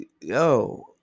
yo